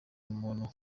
umuntu